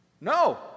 No